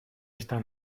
esta